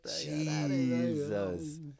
Jesus